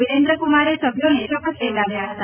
વિરેન્દ્ર કુમારે સભ્યોને શપથ લેવડાવ્યા હતા